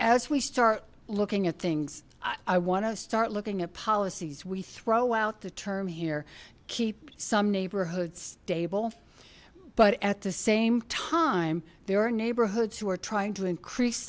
as we start looking at things i want to start looking at policies we throw out the term here keep some neighborhoods stable but at the same time there are neighborhoods who are trying to increase